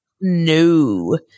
no